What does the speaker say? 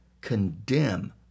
condemn